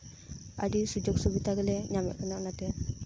ᱟᱹᱰᱤ ᱥᱩᱡᱳᱜ ᱥᱩᱵᱤᱫᱷᱟ ᱜᱮᱞᱮ ᱧᱟᱢᱮᱫ ᱠᱟᱱᱟ ᱚᱱᱟᱛᱮ